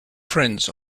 friends